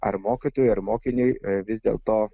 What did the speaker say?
ar mokytojui ar mokiniui vis dėl to